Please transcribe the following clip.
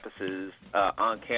on-campus